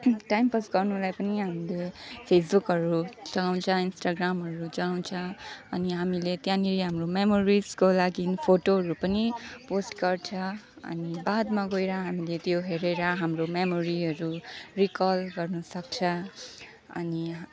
timepass गर्नुलाई पनि हामीले फेसबुकहरू चलाउँछ इन्स्टाग्रामहरू चलाउँछ अनि हामीले त्यहाँनेरि हाम्रो मेमोरिसको लागि फोटोहरू पनि पोस्ट गर्छ अनि बादमा गएर हामीले त्यो हेरेर हाम्रो मेमोरीहरू रिकल गर्नुसक्छ अनि